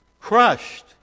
Crushed